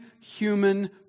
human